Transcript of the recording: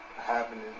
happening